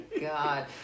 God